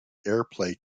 airplay